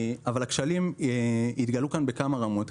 הכשלים התגלו כאן בכמה רמות.